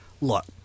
Look